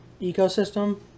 ecosystem